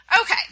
Okay